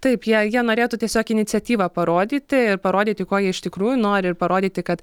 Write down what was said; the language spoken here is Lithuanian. taip jei jie norėtų tiesiog iniciatyvą parodyti ir parodyti ko jie iš tikrųjų nori ir parodyti kad